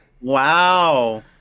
wow